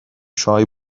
چای